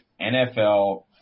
NFL